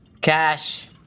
cash